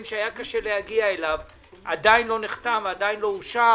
שהיה קשה להגיע אליו עדיין לא נחתם ועדיין לא אושר.